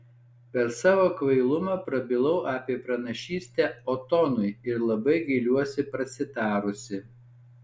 per savo kvailumą prabilau apie pranašystę otonui ir labai gailiuosi prasitarusi